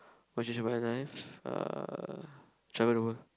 what I change about my life uh travel the world